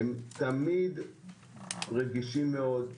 הם תמיד רגישים מאוד,